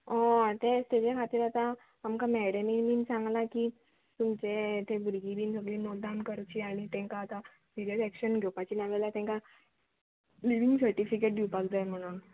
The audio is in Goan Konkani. तेज्या खातीर आतां आमकां मेडेमीन बीन सांगलां की तुमचे ते भुरगीं बीन सगळीं नोट डावन करची आनी तेंकां आतां सिरियस एक्शन घेवपाची ना जाल्यार तेंकां लिवींग सर्टिफिकेट दिवपाक जाय म्हणून